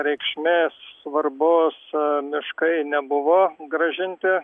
reikšmės svarbūs miškai nebuvo grąžinti